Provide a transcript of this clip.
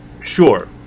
Sure